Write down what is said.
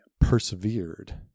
persevered